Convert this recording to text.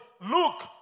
Look